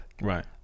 Right